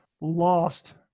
Lost